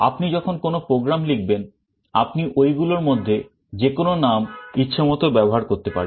আপনি যখন কোন প্রোগ্রাম লিখবেন আপনি ওই গুলোর মধ্যে যেকোনো নাম ইচ্ছামত ব্যবহার করতে পারেন